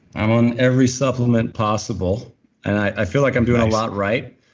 i'm on every supplement possible and i feel like i'm doing a lot right.